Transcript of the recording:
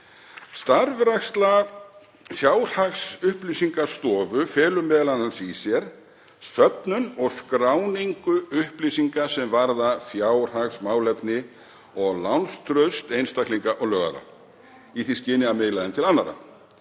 Starfræksla fjárhagsupplýsingastofu felur m.a. í sér söfnun og skráningu upplýsinga sem varða fjárhagsmálefni og lánstraust einstaklinga og lögaðila, í því skyni að miðla þeim til annarra.